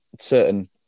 certain